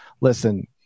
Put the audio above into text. listen